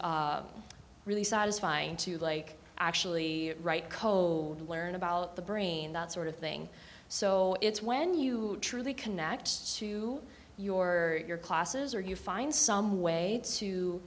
really satisfying to like actually write code learn about the brain that sort of thing so it's when you truly connect to your your classes or you find some way to